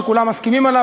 שכולם מסכימים עליו,